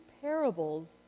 parables